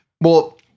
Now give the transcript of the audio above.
Well-